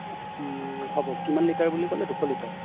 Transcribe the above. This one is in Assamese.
হ'ব কিমান লিটাৰ বুলি ক'লে দুশ লিটাৰ